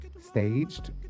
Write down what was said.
staged